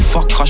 Fuck